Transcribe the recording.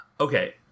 Okay